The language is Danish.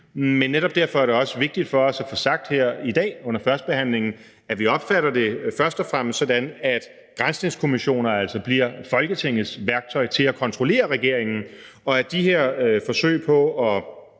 Men netop derfor er det også vigtigt for os at få sagt her i dag under førstebehandlingen, at vi først og fremmest opfatter det sådan, at granskningskommissioner altså bliver Folketingets værktøj til at kontrollere regeringen, og at de her forsøg på at